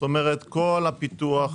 כל הפיתוח,